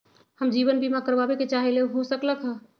हम जीवन बीमा कारवाबे के चाहईले, हो सकलक ह?